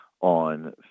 on